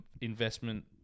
investment